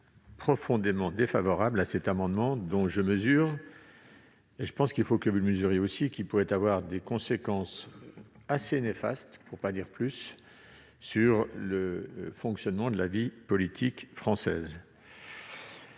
Je suis profondément défavorable à l'amendement n° I-199 rectifié, dont je mesure- et il faut que vous le mesuriez aussi, monsieur Temal -qu'il pourrait avoir des conséquences assez néfastes, pour ne pas dire plus, sur le fonctionnement de la vie politique française.